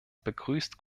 begrüßt